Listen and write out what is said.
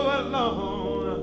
alone